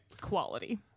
Quality